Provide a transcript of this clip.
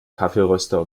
kaffeeröster